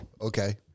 Okay